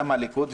גם הליכוד,